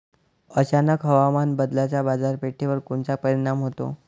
अचानक हवामान बदलाचा बाजारपेठेवर कोनचा परिणाम होतो?